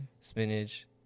spinach